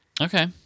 Okay